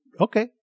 okay